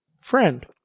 friend